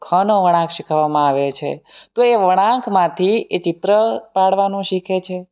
ખ નો વળાંક શીખવવામાં આવે છે તો એ વળાંકમાંથી એ ચિત્ર પાડવાનું શીખે છે